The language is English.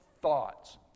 thoughts